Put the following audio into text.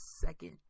second